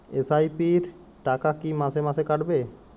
SIP র টাকা কী মাসে মাসে কাটবে?